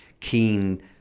keen